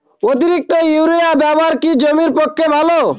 অতিরিক্ত ইউরিয়া ব্যবহার কি জমির পক্ষে ভালো?